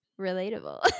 relatable